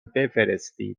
بفرستید